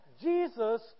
Jesus